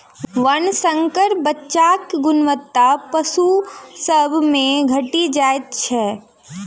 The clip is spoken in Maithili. वर्णशंकर बच्चाक गुणवत्ता पशु सभ मे घटि जाइत छै